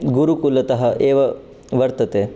गुरुकुलतः एव वर्तते